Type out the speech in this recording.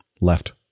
left